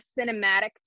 cinematic